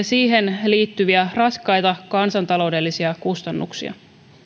siihen liittyviä raskaita kansantaloudellisia kustannuksia